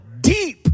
deep